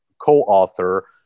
co-author